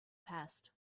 passed